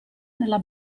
nella